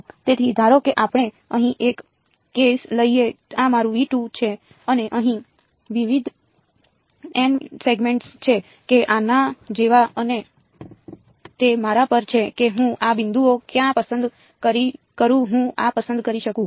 તેથી ધારો કે આપણે અહીં એક કેસ લઈએ આ મારું છે અને અહીં વિવિધ n સેગમેન્ટ્સ છે કે આના જેવા અને તે મારા પર છે કે હું આ બિંદુઓ ક્યાં પસંદ કરું હું આ પસંદ કરી શકું